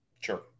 Sure